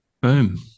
Boom